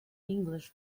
english